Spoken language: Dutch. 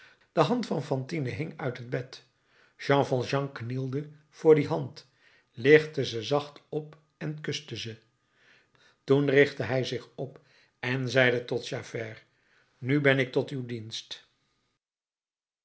de hand van fantine hing uit het bed jean valjean knielde voor die hand lichtte ze zacht op en kuste ze toen richtte hij zich op en zeide tot javert nu ben ik tot uw dienst